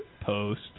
post